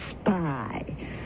spy